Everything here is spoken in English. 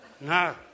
No